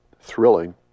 thrilling